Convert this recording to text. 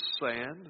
sand